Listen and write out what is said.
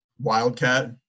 Wildcat